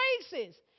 places